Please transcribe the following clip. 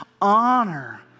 Honor